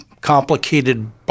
complicated